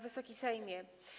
Wysoki Sejmie!